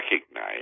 recognize